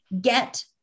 get